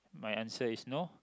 my answer is no